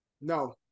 No